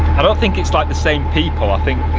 i don't think it's like the same people, i think